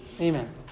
Amen